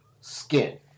skin